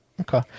Okay